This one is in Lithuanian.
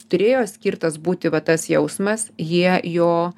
turėjo skirtas būti va tas jausmas jie jo